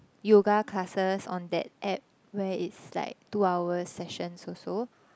yoga classes on that app where it's like two hours session also